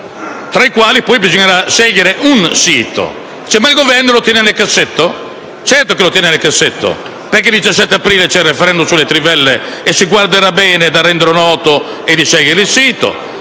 tra i quali bisognerà scegliere un sito, e il Governo la tiene nel cassetto? Certo che la tiene nel cassetto, perché il 17 aprile c'è il *referendum* sulle trivelle e il Governo si guarderà bene dal rendere nota la scelta del sito.